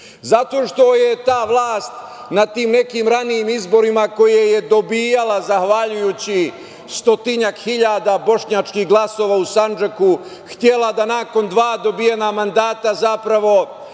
zato što je ta vlast na tim nekim ranijim izborima koje je dobijala zahvaljujući stotinjak hiljada bošnjačkih glasova u Sandžaku htela da nakon dva dobijena mandata zapravo